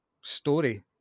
story